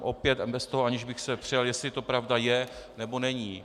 Opět bez toho, aniž bych se přel, jestli to pravda je, nebo není.